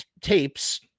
tapes